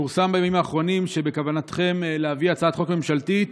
פורסם בימים האחרונים שבכוונתכם להביא הצעת חוק ממשלתית,